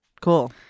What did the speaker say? Cool